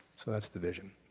so that's the vision.